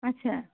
আচ্ছা